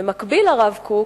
ומקביל הרב קוק,